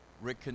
Rick